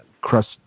crust